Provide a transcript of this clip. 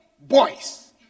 boys